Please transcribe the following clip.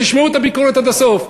תשמעו את הביקורת עד הסוף.